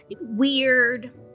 Weird